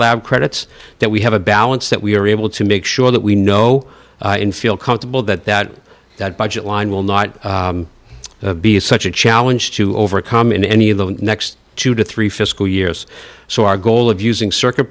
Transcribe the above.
lab credits that we have a balance that we are able to make sure that we know in feel comfortable that that that budget line will not be such a challenge to overcome in any of the next two to three fiscal years so our goal of using circuit